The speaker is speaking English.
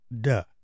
Duh